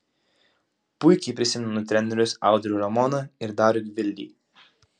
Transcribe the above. puikiai prisimenu trenerius audrių ramoną ir darių gvildį